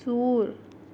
ژوٗر